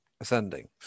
ascending